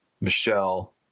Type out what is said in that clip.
Michelle